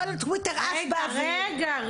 כל הטוויטר עף באוויר --- רגע,